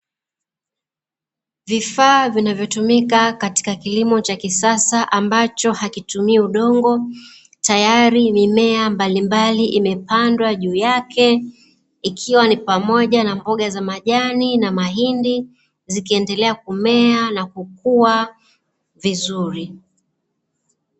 Vifaa vinavyotumika katika kilimo cha kisasa ambacho hakitumii udongo, tayari mimea mbalimbali imepandwa juu yake, ikiwa ni pamoja na mboga za majani na mahindi, zikiendelea kumea na kukua vizuri.